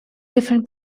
different